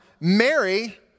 Mary